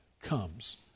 comes